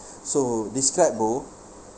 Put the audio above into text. so describe bro